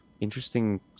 interesting